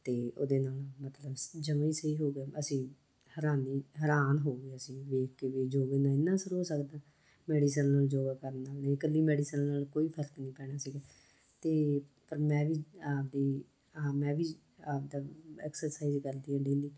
ਅਤੇ ਉਹਦੇ ਨਾਲ ਮਤਲਬ ਜਮਾ ਹੀ ਸਹੀ ਹੋ ਗਿਆ ਅਸੀਂ ਹੈਰਾਨੀ ਹੈਰਾਨ ਹੋ ਗਏ ਅਸੀਂ ਵੇਖ ਕੇ ਵੀ ਯੋਗੇ ਨਾਲ ਇੰਨਾ ਅਸਰ ਹੋ ਸਕਦਾ ਮੈਡੀਸਨ ਨਾਲ ਯੋਗਾ ਕਰਨ ਨਾਲ ਵੀ ਇਕੱਲੀ ਮੈਡੀਸਨ ਨਾਲ ਕੋਈ ਫਰਕ ਨਹੀਂ ਪੈਣਾ ਸੀਗਾ ਅਤੇ ਪਰ ਮੈਂ ਵੀ ਆਪਣੀ ਆ ਮੈਂ ਵੀ ਆਪਣਾ ਐਕਸਰਸਾਈਜ ਕਰਦੀ ਹਾਂ ਡੇਲੀ